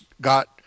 got